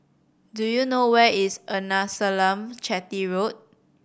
do you know where is Arnasalam Chetty Road